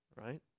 right